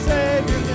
Savior